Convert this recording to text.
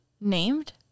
named